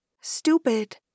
stupid